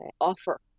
offer